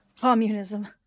Communism